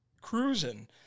cruising